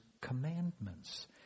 commandments